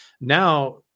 now